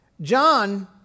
John